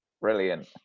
Brilliant